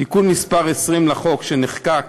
תיקון מס' 20 לחוק, שנחקק